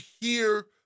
hear